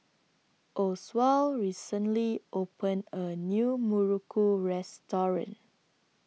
Oswald recently opened A New Muruku Restaurant